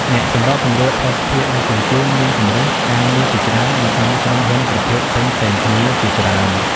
អ្នកសម្របសម្រួលភស្តុភារដឹកជញ្ជូនមានជម្រើសការងារជាច្រើននៅក្នុងក្រុមហ៊ុនប្រភេទផ្សេងៗគ្នាជាច្រើន។